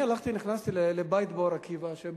נכנסתי לבית באור-עקיבא,